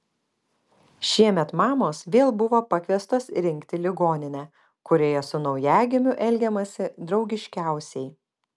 šiemet mamos vėl buvo pakviestos rinkti ligoninę kurioje su naujagimiu elgiamasi draugiškiausiai